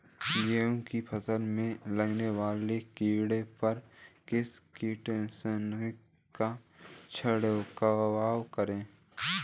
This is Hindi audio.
गेहूँ की फसल में लगने वाले कीड़े पर किस कीटनाशक का छिड़काव करें?